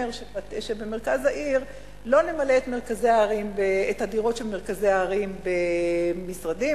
שלא נמלא את הדירות של מרכזי הערים במשרדים.